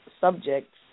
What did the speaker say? subjects